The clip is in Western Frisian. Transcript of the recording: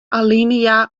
alinea